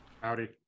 Howdy